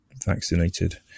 vaccinated